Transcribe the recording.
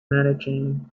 managing